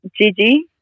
Gigi